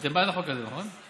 אתם בעד החוק הזה, נכון?